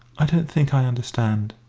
i don't think i understand,